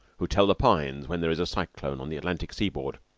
who tell the pines when there is a cyclone on the atlantic seaboard,